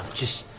just